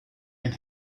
and